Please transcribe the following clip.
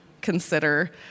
consider